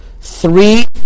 three